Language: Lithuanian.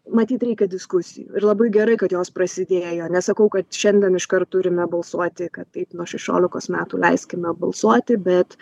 matyt reikia diskusijų ir labai gerai kad jos prasidėjo nesakau kad šiandien iškart turime balsuoti kad taip nuo šešiolikos metų leiskime balsuoti bet